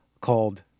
called